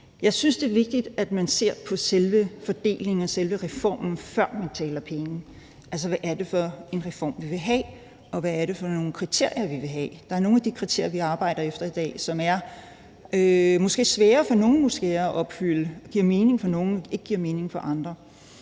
Jeg synes, det er vigtigt, at man ser på selve fordelingen og selve reformen, før man taler penge. Altså, hvad er det for en reform, vi vil have? Og hvad er det for nogle kriterier, vi vil have? Der er nogle af de kriterier, vi arbejder efter i dag, som måske er sværere for nogle at opfylde, som giver mening for nogle, men ikke giver mening for andre.